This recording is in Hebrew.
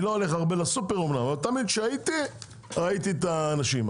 אני לא הולך הרבה לסופר אבל תמיד כשהייתי ראיתי את האנשים.